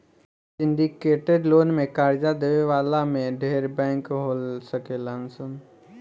syndicated loan में कर्जा देवे वाला में ढेरे बैंक हो सकेलन सा